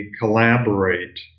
collaborate